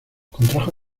contrajo